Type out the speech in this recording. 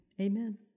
amen